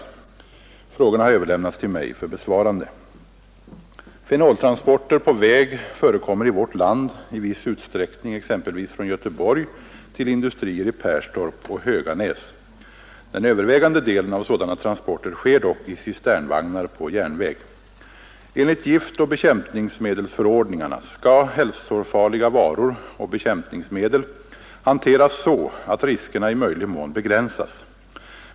Frågorna har överlämnats till mig för besvarande. Fenoltransporter på väg förekommer i vårt land i viss utsträckning, exempelvis från Göteborg till industrier i Perstorp och Höganäs. Den övervägande delen av sådana transporter sker dock i cisternvagnar på järnväg. Enligt giftoch bekämpningsmedelsförordningarna skall hälsofarliga varor och bekämpningsmedel hanteras så att riskerna i möjlig mån begränsas.